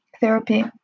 therapy